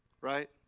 right